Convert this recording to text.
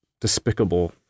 despicable